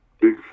Big